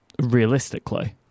realistically